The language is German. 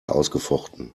ausgefochten